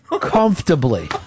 comfortably